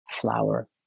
flower